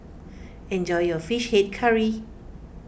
enjoy your Fish Head Curry